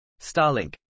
starlink